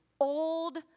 old